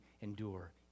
endure